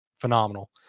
phenomenal